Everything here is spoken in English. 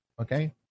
okay